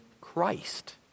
Christ